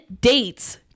dates